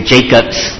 Jacob's